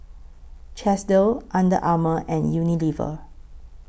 Chesdale Under Armour and Unilever